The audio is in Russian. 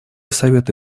совета